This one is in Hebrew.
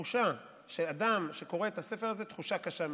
התחושה של אדם שקורא את הספר הזה היא תחושה קשה מאוד.